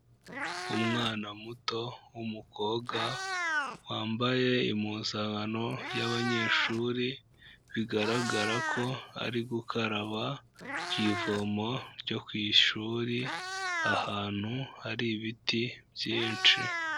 Umwana muto w'umukobwa wambaye impuzankano y'abanyeshuri, bigaragara ko ari gukaraba ku ivomo ryo ku ishuri, ahantu hari ibiti byinshi.